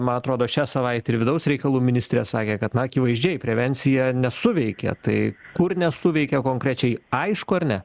man atrodo šią savaitę ir vidaus reikalų ministrė sakė kad akivaizdžiai prevencija nesuveikė tai kur nesuveikė konkrečiai aišku ar ne